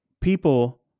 People